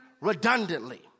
redundantly